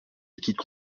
liquides